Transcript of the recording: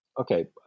okay